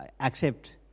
accept